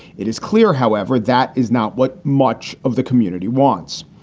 it is clear, however, that is not what much of the community wants.